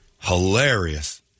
Hilarious